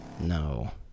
No